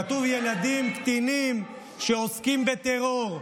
כתוב: ילדים קטינים שעוסקים בטרור.